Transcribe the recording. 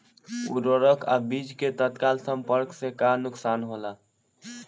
उर्वरक अ बीज के तत्काल संपर्क से का नुकसान होला?